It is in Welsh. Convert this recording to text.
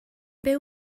byw